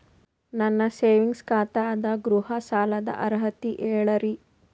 ನನ್ನ ಸೇವಿಂಗ್ಸ್ ಖಾತಾ ಅದ, ಗೃಹ ಸಾಲದ ಅರ್ಹತಿ ಹೇಳರಿ?